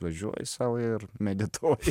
važiuoji sau ir medituoji